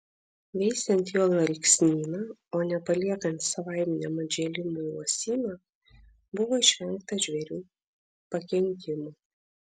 veisiant juodalksnyną o ne paliekant savaiminiam atžėlimui uosyną buvo išvengta žvėrių pakenkimų